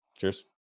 Cheers